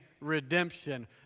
redemption